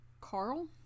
Carl